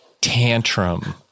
tantrum